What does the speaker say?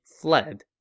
fled